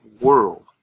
world